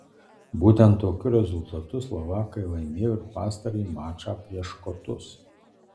būtent tokiu rezultatu slovakai laimėjo ir pastarąjį mačą prieš škotus